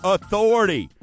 Authority